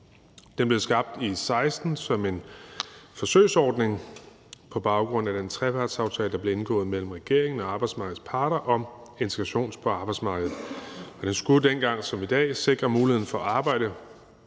Den blev skabt i 2016 som en forsøgsordning, og det var på baggrund af den trepartsaftale, der blev indgået mellem regeringen og arbejdsmarkedets parter om integration på arbejdsmarkedet. Den skulle dengang som i dag sikre muligheden for arbejde